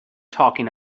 talking